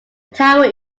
tower